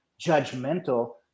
judgmental